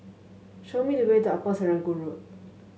show me the way to Upper Serangoon Road